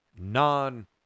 non-